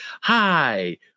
Hi